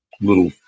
little